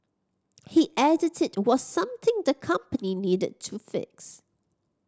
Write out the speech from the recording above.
he added it was something the company needed to fix